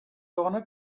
gonna